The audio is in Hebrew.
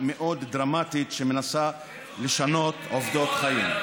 מאוד דרמטית שמנסה לשנות עובדות חיים.